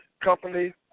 Company